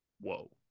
Whoa